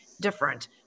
different